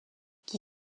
qui